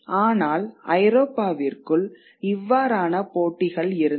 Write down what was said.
ஆனால் ஐரோப்பாவிற்குள் இவ்வாறான போட்டிகள் இருந்தன